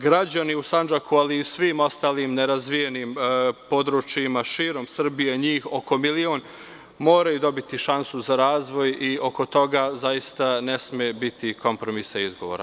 Građani u Sandžaku, ali i svim onim nerazvijenim područjima širom Srbije, njih oko milion, moraju dobiti šansu za razvoj i oko toga zaista ne sme biti kompromisa i izgovora.